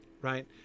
right